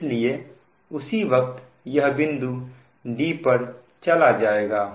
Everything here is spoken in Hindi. इसलिए उसी वक्त यह बिंदु d पर चला जाएगा